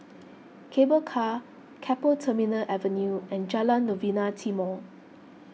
Cable Car Keppel Terminal Avenue and Jalan Novena Timor